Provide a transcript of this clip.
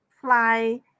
fly